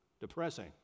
depressing